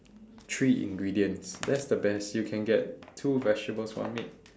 three ingredients that's the best you can get two vegetables one meat